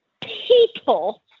People